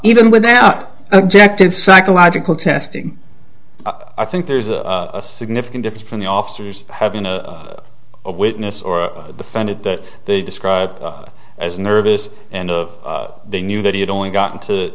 even without objective psychological testing i think there's a significant difference from the officers having a witness or offended that they describe as nervous and of they knew that he had only gotten to